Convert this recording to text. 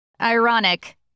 Ironic